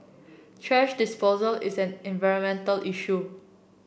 thrash disposal is an environmental issue